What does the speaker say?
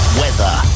Weather